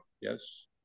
yes